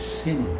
sin